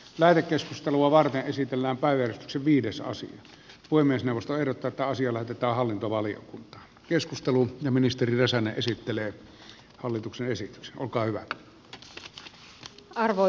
lähetekeskustelua varten esitellään päivän yksi viidesosa puhemiesneuvosto erotetaan siellä pitää hallintovaliokunta keskustelu ministerin räsänen esittelee hallituksen esitys kuka hyvät arvoisa herra puhemies